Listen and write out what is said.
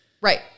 Right